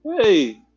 Hey